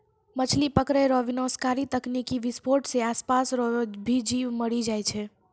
मछली पकड़ै रो विनाशकारी तकनीकी विसफोट से आसपास रो भी जीब मरी जाय छै